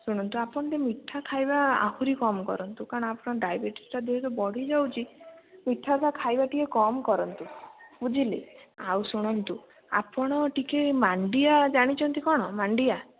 ଶୁଣନ୍ତୁ ଆପଣ ଟିକିଏ ମିଠା ଖାଇବା ଆହୁରି କମ୍ କରନ୍ତୁ କାରଣ ଆପଣ ଡାଇବେଟିସ୍ଟା ଧୀରେ ଧୀରେ ବଢ଼ିଯାଉଛି ମିଠାଟା ଖାଇବା ଟିକିଏ କମ୍ କରନ୍ତୁ ବୁଝିଲେ ଆଉ ଶୁଣନ୍ତୁ ଆପଣ ଟିକିଏ ମାଣ୍ଡିଆ ଜାଣିଛନ୍ତି କ'ଣ ମାଣ୍ଡିଆ